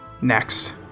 Next